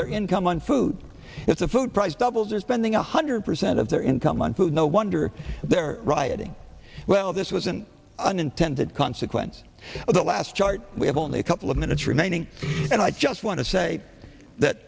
their income on food if the food price doubles or spending a hundred percent of their income on food no wonder they're rioting well this was an unintended consequence of the last chart we have only a couple of minutes remaining and i just want to say that